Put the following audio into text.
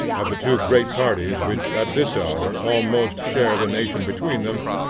of the two great parties which at this hour almost share the nation between them,